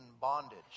bondage